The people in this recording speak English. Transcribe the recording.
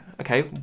okay